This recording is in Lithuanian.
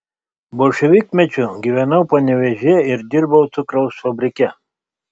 bolševikmečiu gyvenau panevėžyje ir dirbau cukraus fabrike